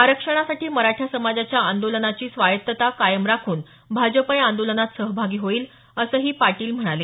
आरक्षणासाठी मराठा समाजाच्या आंदोलनाची स्वायत्तता कायम राखून भाजप या आंदोलनात सहभागी होईल असंही पाटील म्हणाले